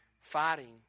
fighting